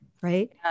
right